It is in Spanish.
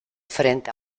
frente